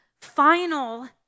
final